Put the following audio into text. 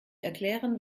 erklären